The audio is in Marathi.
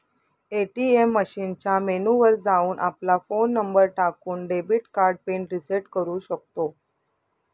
ए.टी.एम मशीनच्या मेनू वर जाऊन, आपला फोन नंबर टाकून, डेबिट कार्ड पिन रिसेट करू शकतो